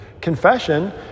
confession